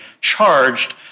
charged